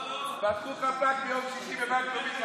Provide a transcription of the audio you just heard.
פתחו חפ"ק ביום שישי בבנק לאומי,